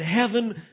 heaven